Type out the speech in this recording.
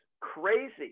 crazy